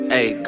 Hey